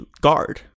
guard